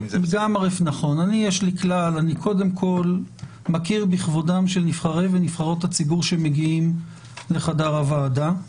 אני קודם כל מכיר בכבודם של נבחרי ונבחרות הציבור שמגיעים לחדר הוועדה,